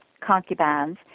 concubines